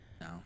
No